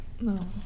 No